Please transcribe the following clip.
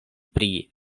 pri